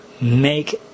make